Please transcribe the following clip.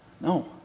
No